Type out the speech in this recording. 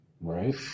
Right